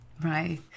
Right